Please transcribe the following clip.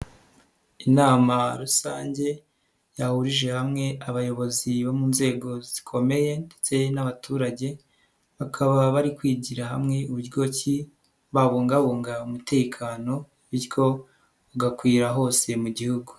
Inama rusange yahurije hamwe abayobozi bo mu nzego zikomeye ndetse n'abaturage, bakaba bari kwigira hamwe ibigo ki babungabunga umutekano bigakwira hose mu gihugu.